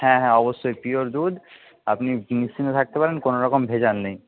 হ্যাঁ হ্যাঁ অবশ্যই পিওর দুধ আপনি নিশ্চিন্তে থাকতে পারেন কোনোরকম ভেজাল নেই